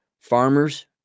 farmers